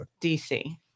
DC